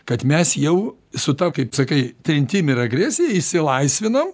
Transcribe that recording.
kad mes jau su ta kaip sakai trintim ir agresija išsilaisvinam